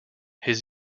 his